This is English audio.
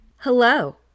Hello